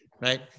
Right